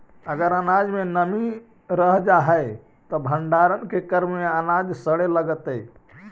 अगर अनाज में नमी रह जा हई त भण्डारण के क्रम में अनाज सड़े लगतइ